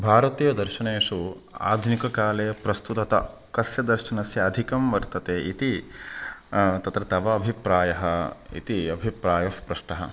भारतीय दर्शनेषु आधुनिककाले प्रस्तुतता कस्य दर्शनस्य अधिकं वर्तते इति तत्र तव अभिप्रायः इति अभिप्रायःप्रष्टः